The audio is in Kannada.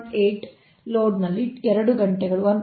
8 ಲೋಡ್ನಲ್ಲಿ 2 ಗಂಟೆಗಳು 1